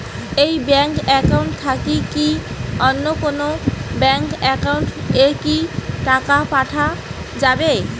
এই bank account থাকি কি অন্য কোনো ব্যাংক একাউন্ট এ কি টাকা পাঠা যাবে?